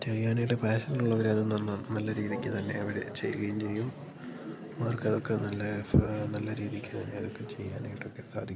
ചെയ്യാനായിട്ട് പേഷനുള്ളവരത് നന്നാ നല്ല രീതിക്ക് തന്നെ അവർ ചെയ്യുകയും ചെയ്യും അവർക്കതൊക്കെ നല്ല ഫേ നല്ല രീതിക്ക് തന്നെ അതൊക്കെ ചെയ്യാനായിട്ടൊക്കെ സാധിക്കുന്നതാണ്